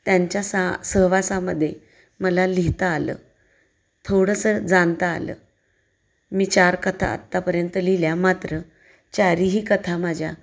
त्यांच्या सा सहवासामध्ये मला लिहिता आलं थोडंसं जाणता आलं मी चार कथा आत्तापर्यंत लिहिल्या मात्र चारीही कथा माझ्या